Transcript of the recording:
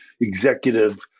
executive